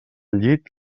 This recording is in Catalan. llit